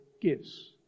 gifts